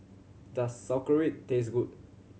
does Sauerkraut taste good